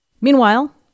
Meanwhile